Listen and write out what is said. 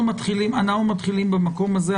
אנחנו מתחילים במקום הזה,